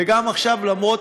וגם עכשיו, למרות,